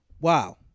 Wow